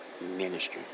ministry